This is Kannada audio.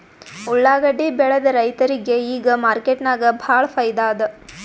ಉಳ್ಳಾಗಡ್ಡಿ ಬೆಳದ ರೈತರಿಗ ಈಗ ಮಾರ್ಕೆಟ್ನಾಗ್ ಭಾಳ್ ಫೈದಾ ಅದಾ